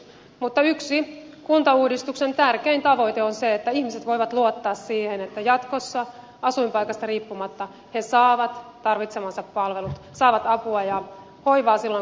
mutta yksi kuntauudistuksen tärkein tavoite on se että ihmiset voivat luottaa siihen että jatkossa asuinpaikasta riippumatta he saavat tarvitsemansa palvelut saavat apua ja hoivaa silloin kun sitä tarvitsevat